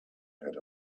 had